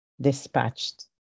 dispatched